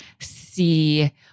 See